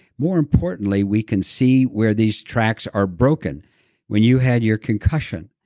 more importantly, we can see where these tracts are broken when you had your concussion,